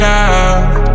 out